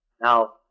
Now